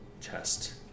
chest